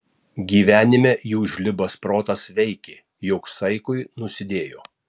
gyvenime jų žlibas protas veikė jog saikui nusidėjo